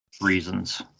reasons